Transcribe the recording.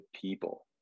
people